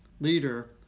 leader